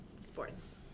sports